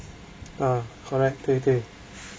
uh correct 对对